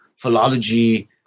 philology